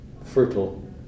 Fertile